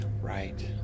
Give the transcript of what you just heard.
Right